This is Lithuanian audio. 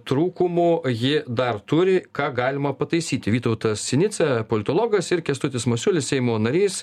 trūkumų ji dar turi ką galima pataisyti vytautas sinica politologas ir kęstutis masiulis seimo narys